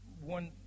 one